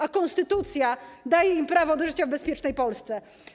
A konstytucja daje im prawo do życia w bezpiecznej Polsce.